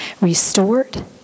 restored